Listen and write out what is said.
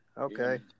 Okay